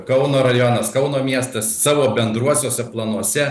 kauno rajonas kauno miestas savo bendruosiuose planuose